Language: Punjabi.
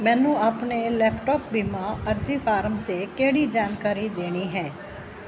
ਮੈਨੂੰ ਆਪਣੇ ਲੈਪਟਾਪ ਬੀਮਾ ਅਰਜ਼ੀ ਫਾਰਮ 'ਤੇ ਕਿਹੜੀ ਜਾਣਕਾਰੀ ਦੇਣੀ ਹੈ